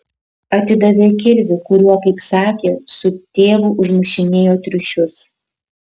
atidavė kirvį kuriuo kaip sakė su tėvu užmušinėjo triušius